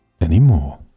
anymore